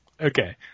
Okay